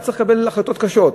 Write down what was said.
היה צריך לקבל החלטות קשות.